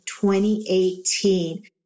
2018